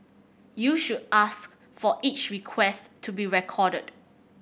you should ask for each request to be recorded